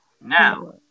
Now